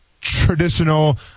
traditional